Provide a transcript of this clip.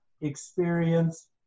experience